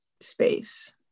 space